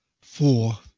four